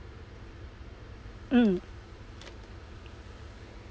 mm